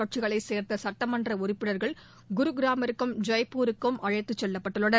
கட்சிகளைச் சேர்ந்த சட்டமன்ற உறுப்பினர்கள் குருகிராமிற்கும் ஜெய்ப்பூருக்கும் அழைத்துச் செல்லப்பட்டுள்ளனர்